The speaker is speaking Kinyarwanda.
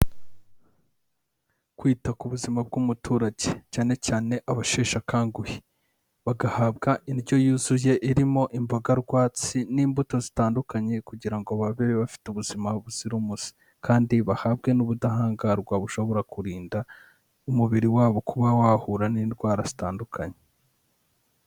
Kwita ku buzima bw'umuturage, cyane cyane abasheshekanguhe, bagahabwa indyo yuzuye, irimo imboga rwatsi n'imbuto zitandukanye, kugira ngo babeho bafite ubuzima buzira umuze, kandi bahabwe n'ubudahangarwa bushobora kurinda umubiri wabo kuba wahura n'indwara zitandukanye.